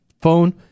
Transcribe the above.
phone